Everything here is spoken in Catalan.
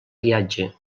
guiatge